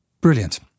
brilliant